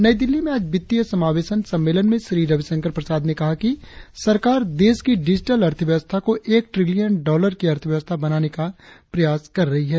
नई दिल्ली में आज वित्तीय समावेशन सम्मेलन में श्री रविशंकर प्रसाद ने कहा कि सरकार देश की डिजिटल अर्थव्यवस्था को एक ट्रिलियन डाँलर की अर्थव्यवस्था बनाने का प्रयास कर रही है